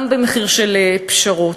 גם במחיר של פשרות.